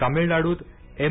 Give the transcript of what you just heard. तमिळनाडूत एम